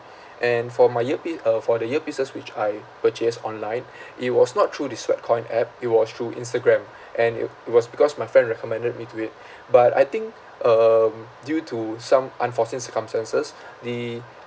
and for my earpiece uh for the earpieces which I purchased online it was not through this sweatcoin app it was through instagram and it it was because my friend recommended me to it but I think um due to some unforeseen circumstances the